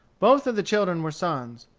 both of the children were sons.